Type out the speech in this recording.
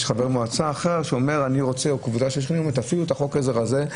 או שיבוא חבר מועצה אחר שירצה להפעיל את החוק הזה בצורה אחרת.